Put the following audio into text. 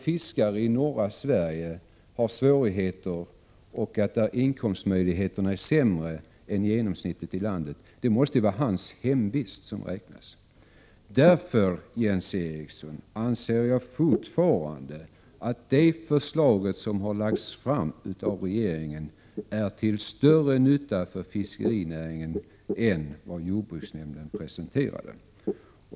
Fiskare i norra Sverige har svårigheter, och deras inkomster är sämre än genomsnittsinkomsten för landets fiskare. Det måste därför vara fiskarens hemvist som räknas. Jag anser fortfarande, Jens Eriksson, att det förslag som har lagts fram av regeringen är till större nytta för fiskerinäringen än det som jordbruksnämnden presenterade.